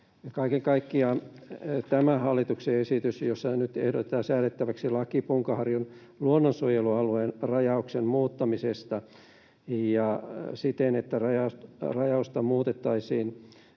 Kaiken kaikkiaan tässä hallituksen esityksessä ehdotetaan nyt säädettäväksi laki Punkaharjun luonnonsuojelualueen rajauksen muuttamisesta niin, että rajausta muutettaisiin